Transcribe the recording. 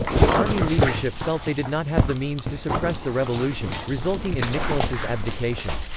the army leadership felt they did not have the means to suppress the revolution, resulting in nicholas's abdication.